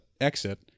exit